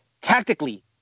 tactically